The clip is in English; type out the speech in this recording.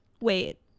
Wait